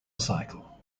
cycle